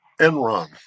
Enron